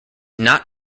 not